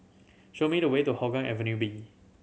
show me the way to Hougang Avenue B